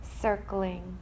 circling